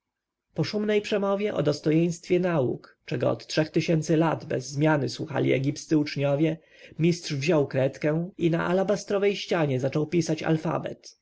tej szumnej przemowie o dostojeństwie nauk której od trzech tysięcy lat bez zmiany słuchali egipscy uczniowie mistrz wziął kredkę i na alabastrowej ścianie zaczął pisać alfabet